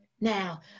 Now